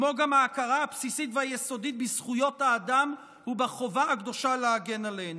כמו גם ההכרה הבסיסית והיסודית בזכויות האדם ובחובה הקדושה להגן עליהם.